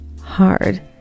hard